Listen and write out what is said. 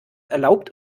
erlaubt